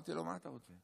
אמרתי לו: מה אתה רוצה?